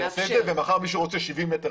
אני אעשה את זה ומחר מישהו רוצה 70 מטרים,